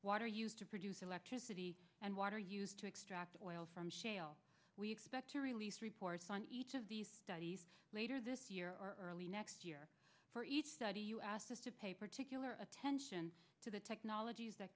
water used to produce electricity and water used to extract oil from shale we expect to release reports on each of these studies later this year or early next year for each study to pay particular attention to the technologies that